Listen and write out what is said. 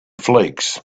flakes